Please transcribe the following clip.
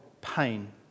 pain